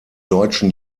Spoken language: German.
deutschen